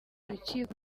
rukiko